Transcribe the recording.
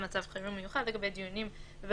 בהמשך גם של קמצ"ר לגבי הנתונים,